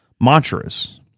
mantras